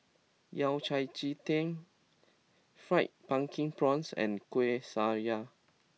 Yao Cai Ji Tang Fried Pumpkin Prawns and Kueh Syara